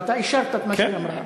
ואתה אישרת את מה שהיא אמרה.